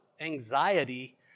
anxiety